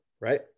right